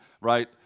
right